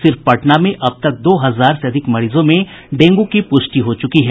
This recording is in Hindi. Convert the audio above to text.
सिर्फ पटना में अब तक दो हजार से अधिक मरीजों में डेंगू की पूष्टि हो चुकी है